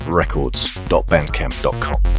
records.bandcamp.com